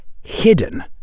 hidden